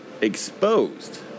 exposed